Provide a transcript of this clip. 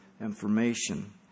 information